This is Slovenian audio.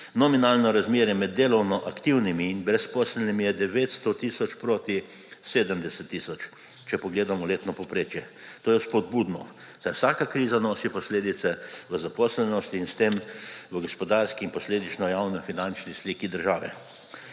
Nominalno razmere med delovno aktivnimi in brezposelnimi je 900 tisoč proti 70 tisoč, če pogledamo letno povprečje. To je spodbudno, saj vsaka kriza nosi posledice v zaposlenosti in s tem v gospodarski in posledično javnofinančni sliki države.